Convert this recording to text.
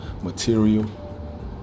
material